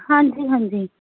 ਹਾਂਜੀ ਹਾਂਜੀ